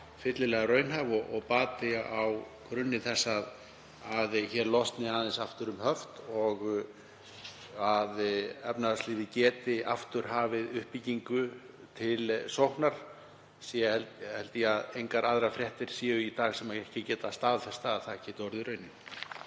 fyllilega raunhæf og bati á grunni þess að hér losni aðeins aftur um höft og að efnahagslífið geti aftur hafið uppbyggingu til sóknar. Ég held að engar aðrar fréttir séu í dag sem ekki geta staðfest að það geti orðið raunin.